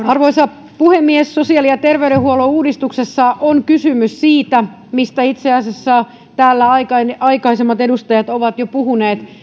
arvoisa puhemies sosiaali ja terveydenhuollon uudistuksessa on kysymys siitä mistä itse asiassa täällä aikaisemmat edustajat ovat jo puhuneet